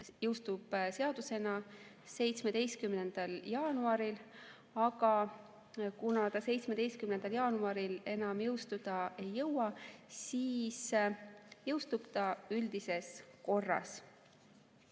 jõustub seadusena 17. jaanuaril, aga kuna ta 17. jaanuaril enam jõustuda ei jõua, siis ta jõustub üldises korras.